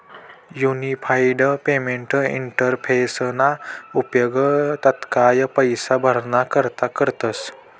unified payment इंटरफेसना उपेग तात्काय पैसा भराणा करता करतस